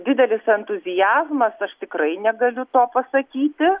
didelis entuziazmas aš tikrai negaliu to pasakyti